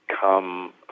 come